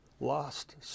lost